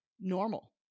normal